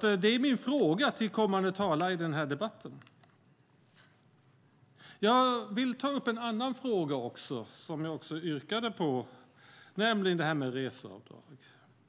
Det är min fråga till kommande talare i den här debatten. Jag vill ta upp en annan fråga också, som jag också yrkade på, nämligen reseavdrag.